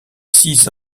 six